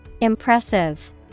Impressive